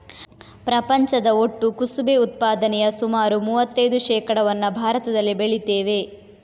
ಪ್ರಪಂಚದ ಒಟ್ಟು ಕುಸುಬೆ ಉತ್ಪಾದನೆಯ ಸುಮಾರು ಮೂವತ್ತೈದು ಶೇಕಡಾವನ್ನ ಭಾರತದಲ್ಲಿ ಬೆಳೀತೇವೆ